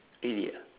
really ah